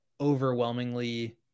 overwhelmingly